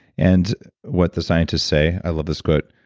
and what the scientists say. i love this quote,